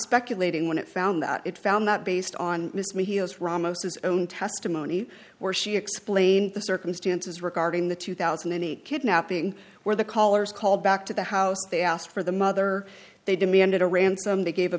speculating when it found that it found that based on this me he has ramos his own testimony where she explained the circumstances regarding the two thousand and eight kidnapping where the callers call back to the house they asked for the mother they demanded a ransom they gave a